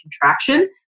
contraction